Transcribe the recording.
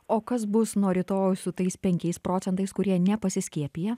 o kas bus nuo rytojaus su tais penkiais procentais kurie nepasiskiepiję